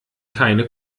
keine